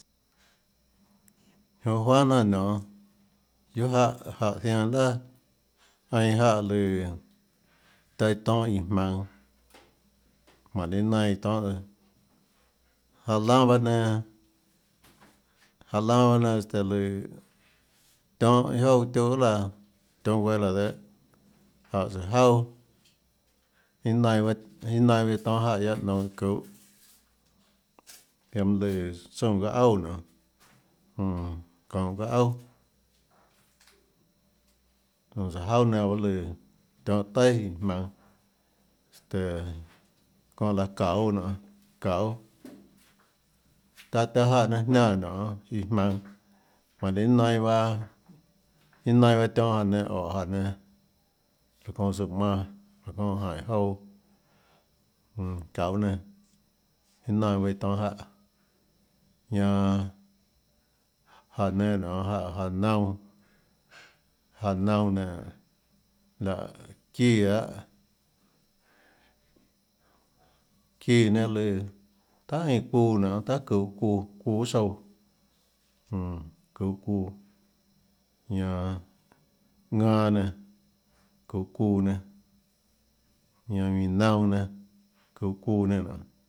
Jonã juanhà jnanà nionê guiohà jáhã zianã iâ laà einã jáhã lùã taã tonhâ iã jmaønå jmánhå laã iâ nainã iã tonhâ tsøã jáhã lánâ baâ nénâ jáhã lánâ baâ nénâ lùâ este tionhâ iâ jouà tiuhâ laã tionhâ guéâ laã dehâ jáhã søã jauà iâ nainã iâ nainã bahâ tsøã tonhâ jáhã nénâ guiaâ nounhå iã çuhå ziaã mønâ lùã tsoúnã çaâ auà nonê jmm çounhå ðaâ auà jonã søã jauà nénâ baâ lùã tionhâ taià iã jmaønå este çóhã laã çauê nionê çauê taã taã jáhã nénâ jniánã nionê iã jamønå jmánhå laã iâ nianã bahâ iâ nianã bahâ tionhâ jáhã nénâ óhå áhã nénâ raã çounã søã manã raã çounã jaínhå jouã jmm çauê nénâ iâ nianã bahâ iã tonhâ jáhã ñanã jáhã nénâ nonê jáhã jáhã naunã áhã naunã nénå láhã çíã ahâ çíã nénâ lùã tahà eínã çuuã nonê tahà çuhå çuuã guiohà tsouã jnn çuhå çuuã ñanã ðanâ nenã çuhå çuuã nénâ ñanã ðuínã naunã nénâ çuhå çuuã nionê.